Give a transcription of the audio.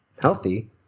healthy